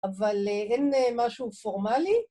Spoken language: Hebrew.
אבל אין משהו פורמלי?